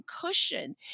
cushion